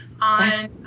on